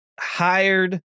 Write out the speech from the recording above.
hired